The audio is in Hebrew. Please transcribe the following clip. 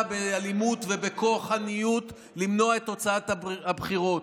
באלימות ובכוחניות למנוע את תוצאת הבחירות.